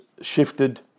shifted